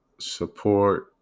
support